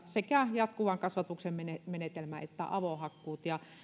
sekä jatkuvan kasvatuksen menetelmä että avohakkuut